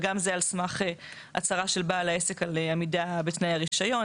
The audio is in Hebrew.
וגם זה על סמך הצהרה של בעל העסק על עמידה בתנאי הרישיון.